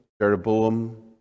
Jeroboam